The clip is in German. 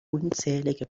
unzählige